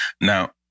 Now